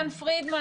פרידמן,